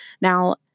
Now